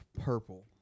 purple